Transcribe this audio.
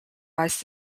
rise